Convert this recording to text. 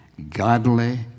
Godly